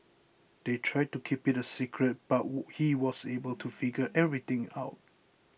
they tried to keep it a secret but he was able to figure everything out